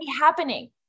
happening